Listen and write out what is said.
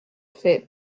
fait